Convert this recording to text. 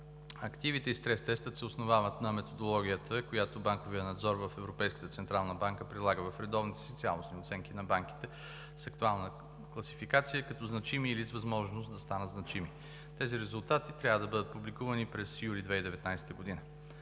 активите и стрес тестът се основават на методологиите, които банковият надзор в Европейската централна банка прилага в редовните си цялостни оценки на банките с актуална класификация като значими или с възможност да станат значими. Тези резултати трябва да бъдат публикувани през юли 2019 г.